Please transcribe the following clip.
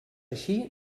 així